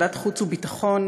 בוועדת החוץ והביטחון,